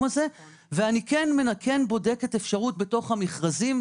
הזה ואני כן בודקת אפשרות בתוך המכרזים,